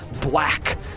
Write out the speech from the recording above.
black